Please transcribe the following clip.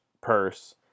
purse